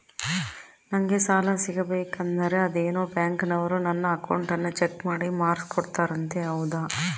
ನಂಗೆ ಸಾಲ ಸಿಗಬೇಕಂದರ ಅದೇನೋ ಬ್ಯಾಂಕನವರು ನನ್ನ ಅಕೌಂಟನ್ನ ಚೆಕ್ ಮಾಡಿ ಮಾರ್ಕ್ಸ್ ಕೊಡ್ತಾರಂತೆ ಹೌದಾ?